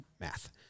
math